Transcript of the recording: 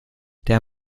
der